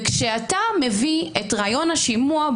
כשאתה מביא את רעיון השימוע,